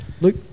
Luke